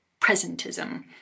presentism